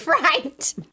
right